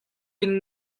inn